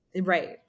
right